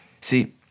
See